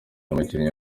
umukinnyi